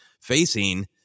facing